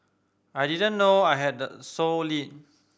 I didn't know I had the sole lead